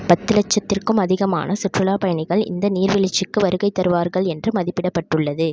பத்து லட்சத்திற்கும் அதிகமான சுற்றுலாப் பயணிகள் இந்த நீர்வீழ்ச்சிக்கு வருகை தருவார்கள் என்று மதிப்பிடப்பட்டுள்ளது